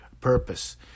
purpose